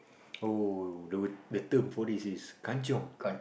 oh the the term for this is kanchiong